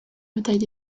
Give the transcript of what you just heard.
bataille